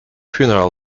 funeral